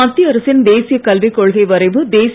மத்திய அரசின் தேசிய கல்விக்கொள்கை வரைவு தேசிய